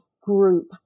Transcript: group